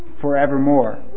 forevermore